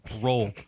roll